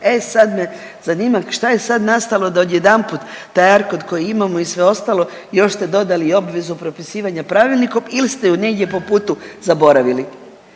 E sad me zanima šta je sad nastalo da odjedanput taj ARKOD koji imamo i sve ostalo, još ste dodali i obvezu propisivanja pravilnikom ili ste ju negdje po putu zaboravili,